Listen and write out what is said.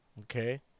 Okay